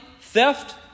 theft